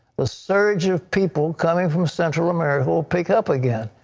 the surge of people coming from central america will pick up again.